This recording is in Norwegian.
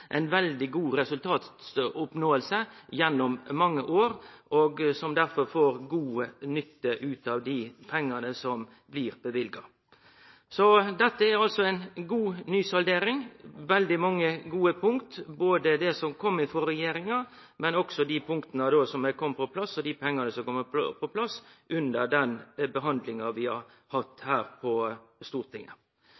veldig gode resultat gjennom mange år, og som derfor får god nytte av dei pengane som blir løyvde. Dette er ei god nysaldering – veldig mange gode punkt – både når det gjeld det som kom frå regjeringa, og også dei punkta og pengane som er komne på plass